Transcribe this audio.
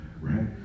Right